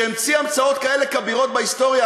שהמציא המצאות כאלה כבירות בהיסטוריה,